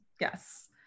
yes